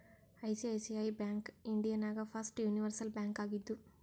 ICICI bank India ನಾಗ್ first universal bank ಆಗಿದ್ದು